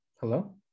hello